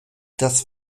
das